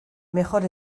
mejor